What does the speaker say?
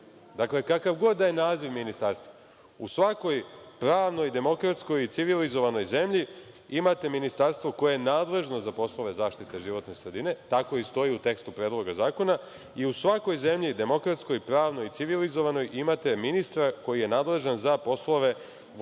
dakle, kakav god da je naziv ministarstva, u svakoj pravnoj, demokratskoj i civilizovanoj zemlji imate ministarstvo koje je nadležno za poslove zaštite životne sredine, tako i stoji u tekstu Predloga zakona. U svakoj zemlji, demokratskoj, pravnoj i civilizovanoj, imate ministra koji je nadležan za poslove vodoprivrede. Ne